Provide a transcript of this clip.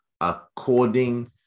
According